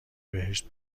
بهشت